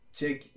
Check